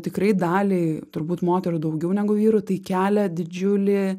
tikrai daliai turbūt moterų daugiau negu vyrų tai kelia didžiulį